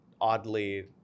oddly